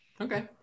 Okay